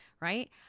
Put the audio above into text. right